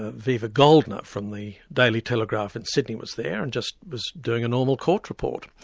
viva goldner, from the daily telegraph in sydney was there, and just was doing a normal court report.